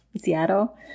Seattle